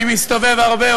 אני מסתובב הרבה,